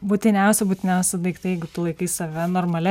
būtiniausi būtiniausi daiktai jeigu tu laikai save normalia